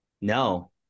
No